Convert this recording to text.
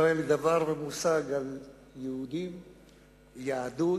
לא היה לי דבר ומושג על יהודים, יהדות.